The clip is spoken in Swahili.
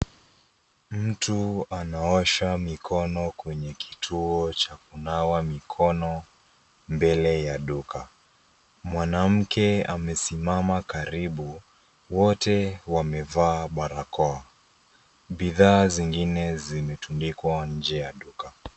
Mtu anaosha mikono kwenye kituo cha kunawa mikono mbele ya duka. Mwanamke amesimama karibu, wote wamevaa barakoa. Bidhaa zingine zimetundikwa nje ya duka.